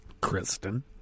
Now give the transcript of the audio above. Kristen